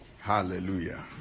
Hallelujah